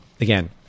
Again